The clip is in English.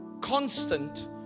constant